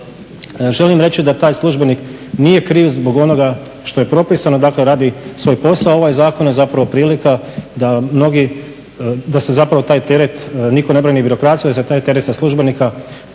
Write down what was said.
Želim reći da taj službenik nije kriv zbog onoga što je propisano, dakle radi svoj posao, a ovaj zakon je zapravo prilika da mnogi, da se zapravo taj teret nitko ne brani birokraciju ali da se taj teret sa službenika